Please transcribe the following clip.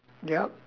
yup